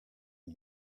des